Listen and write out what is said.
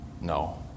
No